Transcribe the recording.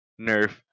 nerf